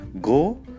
go